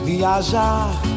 Viajar